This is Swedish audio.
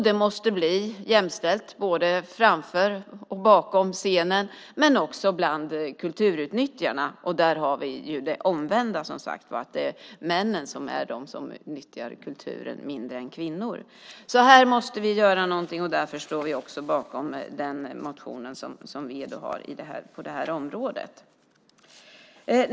Det måste bli jämställt, både på och bakom scenen och också bland kulturutnyttjarna. Där har vi det omvända; det är män som utnyttjar kulturen mindre än kvinnor. Här måste vi göra något, och därför står vi också bakom den motion som v har på det området.